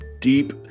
deep